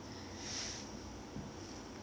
no thank you